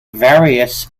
various